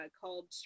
called